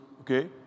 okay